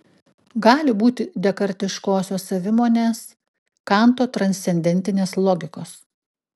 gali būti dekartiškosios savimonės kanto transcendentinės logikos